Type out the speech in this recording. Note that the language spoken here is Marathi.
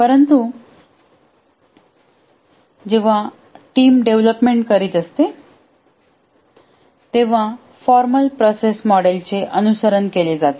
परंतु जेव्हा टीम डेव्हलपमेंट करीत असते तेव्हा फॉर्मल प्रोसेस मॉडेलचे अनुसरण केले जाते